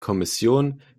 kommission